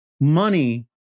money